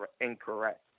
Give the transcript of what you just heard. incorrect